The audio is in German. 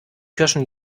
kirschen